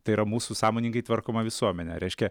tai yra mūsų sąmoningai tvarkoma visuomenė reiškia